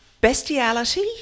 Bestiality